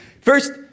First